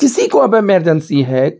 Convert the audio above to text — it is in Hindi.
किसी को अब इमरजेंसी है